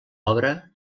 obra